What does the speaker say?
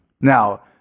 Now